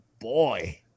boy